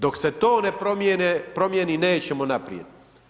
Dok se to ne promijeni, nećemo naprijed.